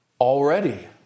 Already